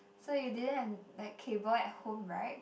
so you didn't have like cable at home right